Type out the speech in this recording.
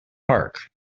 park